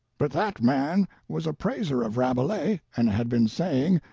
but that man was a praiser of rabelais and had been saying,